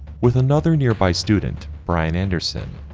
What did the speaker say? with another nearby student brian anderson,